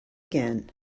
again